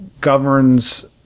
governs